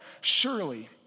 Surely